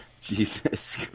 Jesus